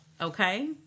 Okay